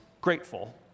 grateful